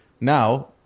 now